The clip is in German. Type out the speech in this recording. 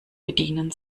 bedienen